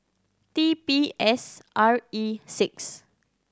T P S R E six